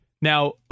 Now